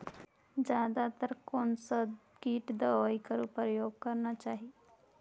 जादा तर कोन स किट दवाई कर प्रयोग करना चाही?